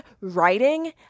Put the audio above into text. writing